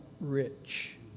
rich